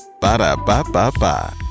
Ba-da-ba-ba-ba